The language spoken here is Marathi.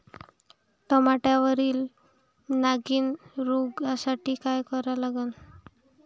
टमाट्यावरील नागीण रोगसाठी काय करा लागन?